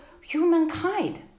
humankind